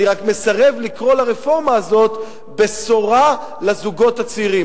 אני רק מסרב לקרוא לרפורמה הזאת "בשורה לזוגות הצעירים".